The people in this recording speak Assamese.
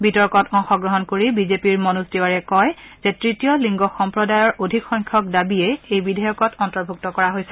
বিতৰ্কত অংশগ্ৰহণ কৰি বিজেপিৰ মনোজ তিৱাৰীয়ে কয় যে তৃতীয় লিংগ সম্প্ৰদায়ত অধিক সংখ্যক দাবীয়ে এই বিধেয়কত অন্তৰ্ভুক্ত কৰা হৈছে